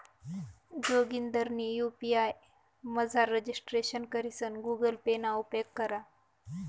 जोगिंदरनी यु.पी.आय मझार रजिस्ट्रेशन करीसन गुगल पे ना उपेग करा